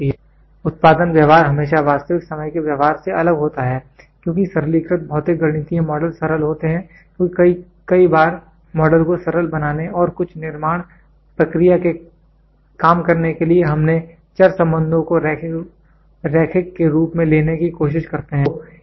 सैद्धांतिक उत्पादन व्यवहार हमेशा वास्तविक समय के व्यवहार से अलग होता है क्योंकि सरलीकृत भौतिक गणितीय मॉडल सरल होते हैं क्योंकि कई बार मॉडल को सरल बनाने और कुछ निर्माण प्रक्रिया के काम करने के लिए हमने चर संबंधों को रैखिक के रूप में लेने की कोशिश करते हैं